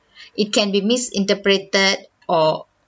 it can be misinterpreted or